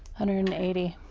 hundred and eighty,